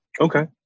Okay